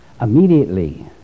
Immediately